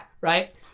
right